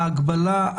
ההגבלה,